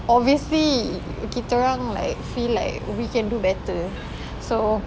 obviously kita orang like feel like we can do better so